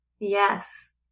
yes